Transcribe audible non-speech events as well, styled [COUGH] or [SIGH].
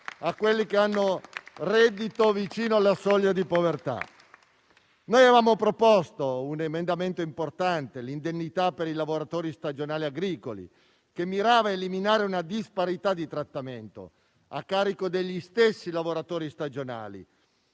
e quelli che hanno un reddito vicino alla soglia di povertà. [APPLAUSE] Noi abbiamo proposto un emendamento importante: l'indennità per i lavoratori stagionali agricoli, che mirava ad eliminare una disparità di trattamento a carico degli stessi lavoratori stagionali,